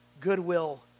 goodwill